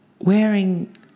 Wearing